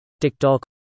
TikTok